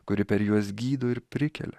kuri per juos gydo ir prikelia